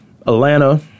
Atlanta –